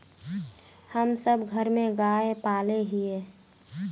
हम सब घर में गाय पाले हिये?